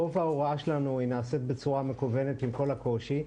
רוב ההוראה שלנו נעשית בצורה מקוונת עם כל הקושי,